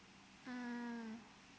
mm